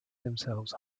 themselves